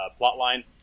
plotline